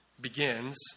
begins